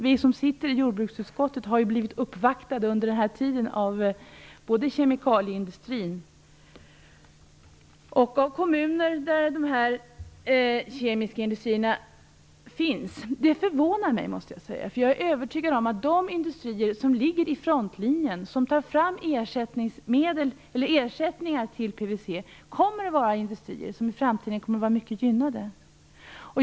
Vi som sitter i jordbruksutskottet har under den här tiden blivit uppvaktade både av kemikalieindustrin och av kommuner där de här kemiska industrierna finns. Jag måste säga att det förvånar mig. Jag är övertygad om att de industrier som ligger vid frontlinjen när det gäller att ta fram ersättningar för PVC kommer att vara mycket gynnade i framtiden.